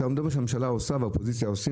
אתה יודע שהממשלה עושה ואופוזיציה עושים